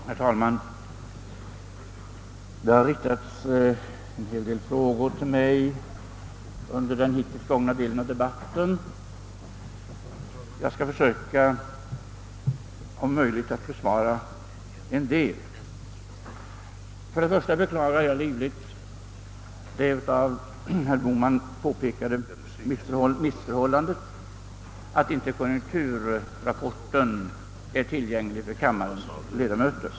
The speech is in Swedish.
Herr talman! Det har riktats ett antal frågor till mig under den hittills förda debatten. Jag skall försöka att om möjligt besvara en del av dem. För det första beklagar jag livligt det av herr Bohman påpekade missförhållandet att konjunkturrapporten inte är tillgänglig för kammarens ledamöter.